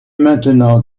maintenant